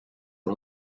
are